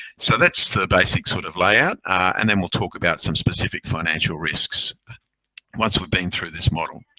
so that's the basic sort of layout, and then we'll talk about some specific financial risks once we've been through this model.